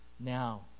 now